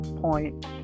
point